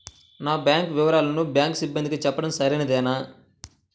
నా బ్యాంకు వివరాలను బ్యాంకు సిబ్బందికి చెప్పడం సరైందేనా?